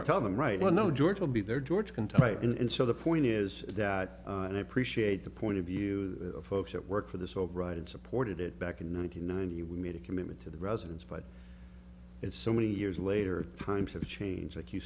to tell them right now no george will be there george can type in and so the point is that and i appreciate the point of view of folks that work for the so bright and supported it back in nine hundred ninety we made a commitment to the residence but it's so many years later times have changed like